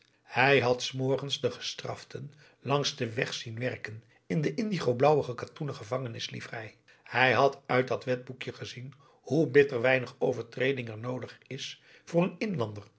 hij had s morgens de gestraften langs den weg zien werken in de indigo blauwige katoenen gevangenis liverei hij had uit dat wetboekje gezien hoe bitter weinig overtreding er noodig is voor een inlander